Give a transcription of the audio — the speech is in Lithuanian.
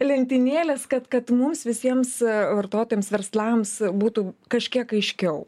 lentynėles kad kad mums visiems a vartotojams verslams būtų kažkiek aiškiau